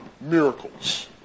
miracles